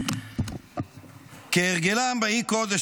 כהרגלם באי-קודש,